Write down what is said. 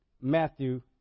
Matthew